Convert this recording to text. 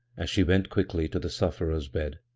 as she went quickly to the sufierer's bed.